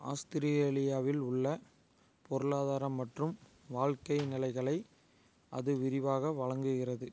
ஆஸ்திரேலியாவில் உள்ள பொருளாதார மற்றும் வாழ்க்கை நிலைகளை அது விரிவாக வழங்குகிறது